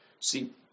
See